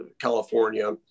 California